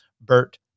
Bert